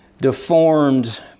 deformed